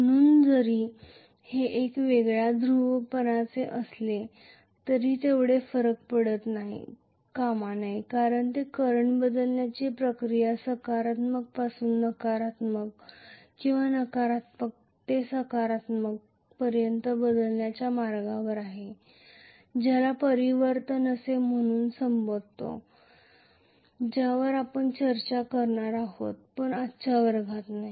म्हणून जरी ते एक वेगळ्या ध्रुवपणाचे असले तरी तेवढे फरक पडता कामा नये कारण ते करंट बदलण्याची प्रक्रिया सकारात्मक पासून नकारात्मक किंवा नकारात्मक ते सकारात्मक पर्यंत बदलण्याच्या मार्गावर आहेत ज्याला परिवर्तन असे म्हणून संबोधत आहोत ज्यावर आपण चर्चा करणार आहोत पण आजच्या वर्गात नाही